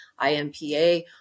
IMPA